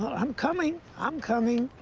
i'm coming, i'm coming.